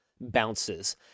bounces